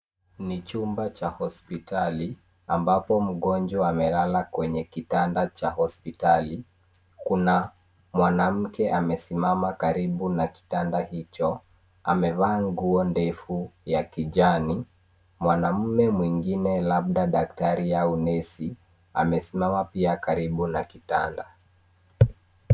Ni chumba cha hospitali ambapo mgonjwa amelala kwenye kitanda cha hospitali. Kuna mwanamke amesimama karibu na kitanda hicho. Amevaa nguo ndefu ya kijani. Mwanaume mwingine labda daktari au nesi amesimama pia karibu na kitanda.